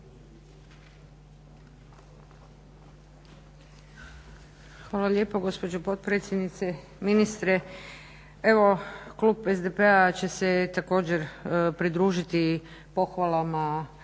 Hvala lijepo gospođo potpredsjednice, ministre. Evo klub SDP-a će se također pridružiti pohvalama